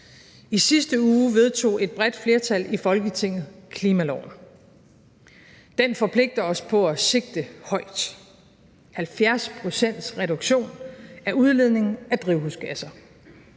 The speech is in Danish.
I sidste uge vedtog et bredt flertal i Folketinget klimaloven. Den forpligter os på at sigte højt: 70 pct. reduktion af udledningen af drivhusgasser.